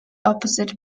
opposite